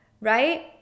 right